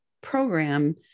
program